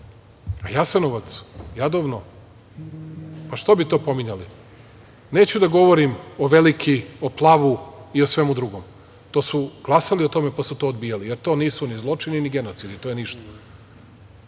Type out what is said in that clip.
Jasenovac, Jadovno, a što bi to pominjali? Neću da govorim o Veliki, o Plavu i o svemu drugom. Glasali su o tome, pa su to odbijali, jer to nisu ni zločini, ni genocidi, to je ništa.